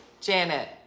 Janet